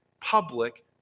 public